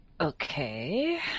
Okay